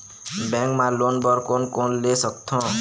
Bank मा loan बर कोन कोन ले सकथों?